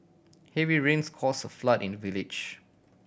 heavy rains cause a flood in the village